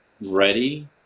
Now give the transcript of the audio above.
ready